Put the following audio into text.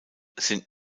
sind